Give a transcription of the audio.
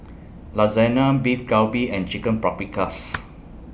Lasagna Beef Galbi and Chicken Paprikas